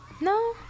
no